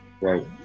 right